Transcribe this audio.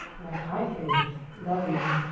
like high faith, levelling,